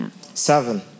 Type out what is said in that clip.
Seven